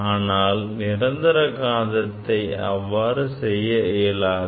ஆனால் நிரந்தர காந்தத்தில் அவ்வாறு செய்ய இயலாது